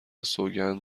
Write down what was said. سوگند